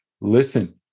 listen